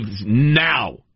now